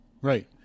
right